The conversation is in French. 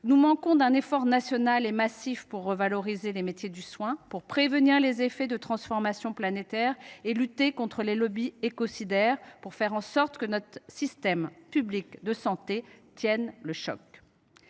Nous manquons d’un effort national et massif pour revaloriser les métiers du soin, pour prévenir les effets des transformations planétaires et lutter contre les lobbies écocidaires, pour faire en sorte que notre système public de santé tienne le choc.